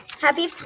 happy